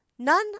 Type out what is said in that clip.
none